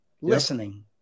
listening